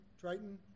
Triton